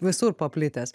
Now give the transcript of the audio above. visur paplitęs